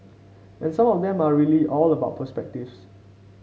and some of them are really all about perspectives